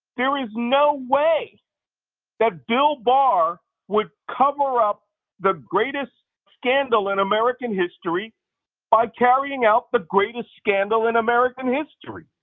there was no way that bill barr would cover up the greatest scandal in american history by carrying out the greatest scandal in american history.